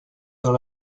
dans